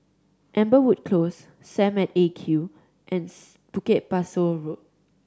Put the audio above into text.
Amberwood Close Sam at Eight Q and Bukit Pasoh Road